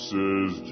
Says